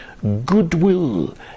goodwill